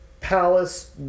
palace